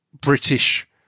British